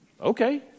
Okay